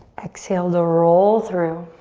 exhale to roll through,